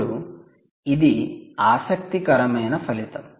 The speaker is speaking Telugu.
ఇప్పుడు ఇది ఆసక్తికరమైన ఫలితం